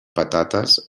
patates